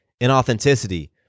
inauthenticity